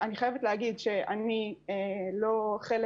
אני חייבת לומר שאני לא חלק